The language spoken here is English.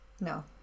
No